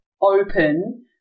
open